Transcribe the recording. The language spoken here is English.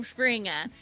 Springer